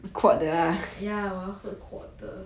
ya 我要喝 quart 的